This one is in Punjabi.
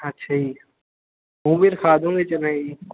ਅੱਛਾ ਜੀ ਉਵੇਂ ਰਖਾ ਦੂੰਗੇ ਜੀ